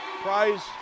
prize